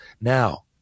Now